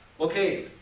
Okay